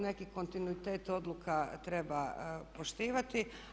Neki kontinuitet odluka treba poštivati.